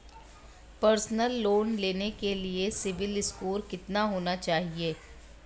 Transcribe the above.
Personal loan लेने के लिए सिबिल स्कोर कितना होना चाहिए?